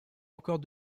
encore